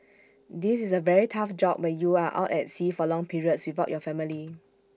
this is A very tough job where you are out at sea for long periods without your family